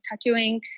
tattooing